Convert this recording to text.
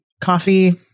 coffee